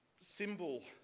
symbol